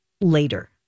later